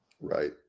Right